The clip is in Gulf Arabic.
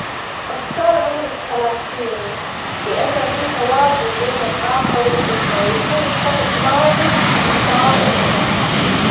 أختار عمر التلاتين لأنه فيه توازن بين الطاقة، والحكمة ويكون الشخص ناضج، وكامل الصحة.